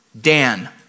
Dan